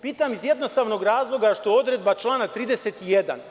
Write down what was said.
Pitam iz jednostavnog razloga što odredba člana 31.